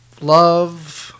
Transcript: love